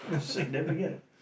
Significant